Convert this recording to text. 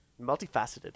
Multifaceted